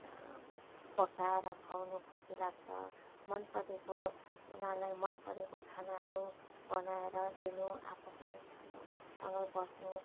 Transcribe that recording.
पकाएर खुवाउनु खुसी लाग्छ मन परेको उनीहरूलाई मन परेको खानाहरू बनाएर दिनु आफू पनि खानु सँगै बस्नु